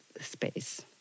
space